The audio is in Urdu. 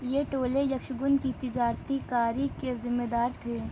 یہ ٹولے یکشگن کی تجارتی کاری کے ذمہ دار تھے